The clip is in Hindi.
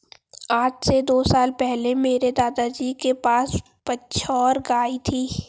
आज से दो साल पहले मेरे दादाजी के पास बछौर गाय थी